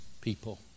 people